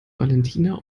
valentina